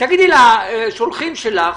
תגידי לשולחים שלך